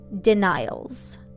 denials